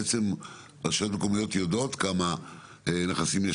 רשויות מקומיות יודעות כמה נכסים יש